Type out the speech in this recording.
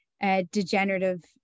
degenerative